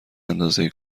اندازه